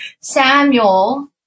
Samuel